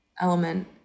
element